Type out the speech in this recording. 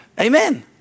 Amen